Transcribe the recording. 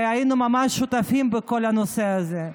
היינו ממש שותפים בכל הנושא הזה.